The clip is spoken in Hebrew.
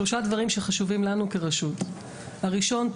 שלושה דברים שחשובים לנו כרשות: הראשון,